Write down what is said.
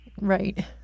Right